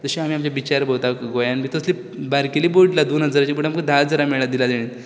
जशें आमी आमचे बिचार भोंवता गोंयान बी तशी बारकेली बोट दोन हजाराची बीन आमकां धा हजरान मेळ्ळ्या दिल्या तेणेन